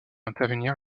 intervenir